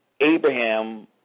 Abraham